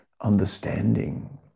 understanding